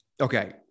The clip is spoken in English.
okay